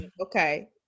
Okay